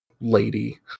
lady